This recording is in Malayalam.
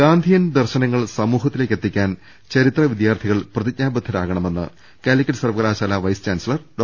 ഗാന്ധിയൻ ദർശനങ്ങൾ സമൂഹത്തിലേക്ക് എത്തിക്കാൻ ച രിത്ര വിദ്യാർഥികൾ പ്രതിജ്ഞാബദ്ധരാകണമെന്ന് കാലിക്കറ്റ് സർവകലാശാല വൈസ് ചാൻസലർ ഡോ